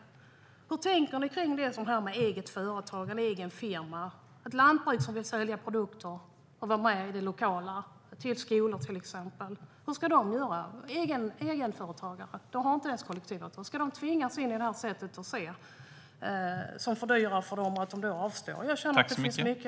Hur tänker ni vad gäller eget företagande och egen firma? Hur ska till exempel ett lantbruk som vill sälja sina produkter till lokala skolor göra? Egenföretagare har inte kollektivavtal. Ska de tvingas in i detta som fördyrar för dem och därför gör att de avstår? Det finns mycket att diskutera vidare.